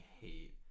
hate